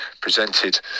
presented